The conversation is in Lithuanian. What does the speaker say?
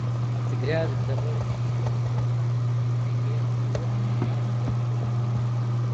atsigręžk dabar į golgotą tikėk tuo ką skelbiame